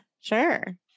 Sure